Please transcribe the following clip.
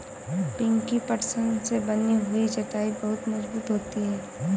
पिंकी पटसन से बनी हुई चटाई बहुत मजबूत होती है